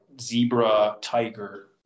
zebra-tiger